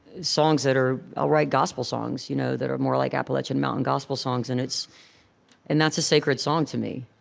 songs that are ah write gospel songs you know that are more like appalachian mountain gospel songs, and and that's a sacred song to me